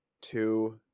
two